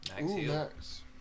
Max